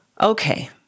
Okay